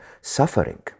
suffering